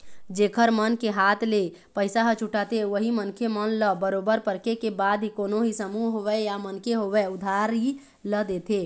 जेखर मन के हाथ ले पइसा ह छूटाथे उही मनखे मन ल बरोबर परखे के बाद ही कोनो भी समूह होवय या मनखे होवय उधारी ल देथे